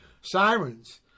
Sirens